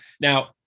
Now